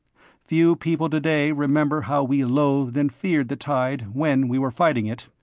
few people today remember how we loathed and feared the tide when we were fighting it.